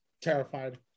terrified